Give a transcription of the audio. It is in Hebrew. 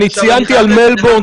אני ציינתי על מלבורן,